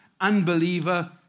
unbeliever